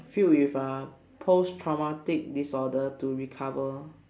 filled with uh post traumatic disorder to recover